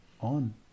on